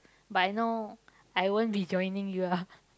but I know I won't be joining you ah